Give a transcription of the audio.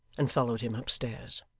and followed him upstairs.